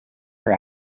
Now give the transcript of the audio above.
her